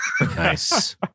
Nice